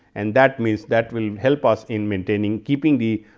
and that means, that will help us in maintaining keeping the